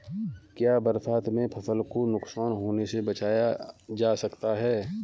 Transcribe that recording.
क्या बरसात में फसल को नुकसान होने से बचाया जा सकता है?